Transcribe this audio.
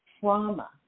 trauma